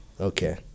okay